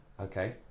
Okay